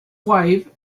wife